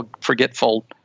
forgetful